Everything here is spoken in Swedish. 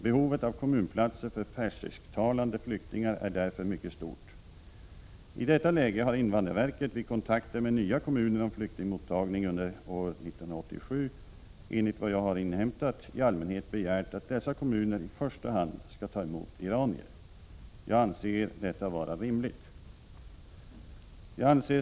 Behovet av kommunplatser för persisktalande flyktingar är därför mycket stort. I detta läge har invandrarverket vid kontakter med nya kommuner om flyktingmottagning under år 1987, enligt vad jag har inhämtat, i allmänhet begärt att dessa kommuner i första hand skall ta emot iranier. Jag anser detta vara rimligt.